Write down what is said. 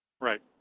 right